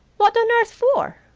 what on earth for?